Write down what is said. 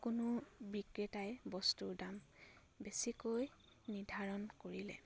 কোনো বিক্ৰেটাই বস্তুৰ দাম বেছিকৈ নিৰ্ধাৰণ কৰিলে